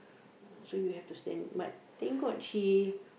so you have to stand but thank god she